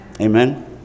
Amen